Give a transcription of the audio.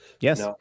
Yes